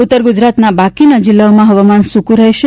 ઉત્તર ગુજરાતના બાકીના જિલ્લાઓમાં હવામાન સૂકું રહેશે